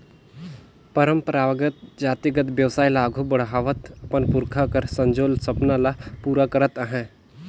परंपरागत जातिगत बेवसाय ल आघु बढ़ावत अपन पुरखा कर संजोल सपना ल पूरा करत अहे